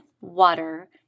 water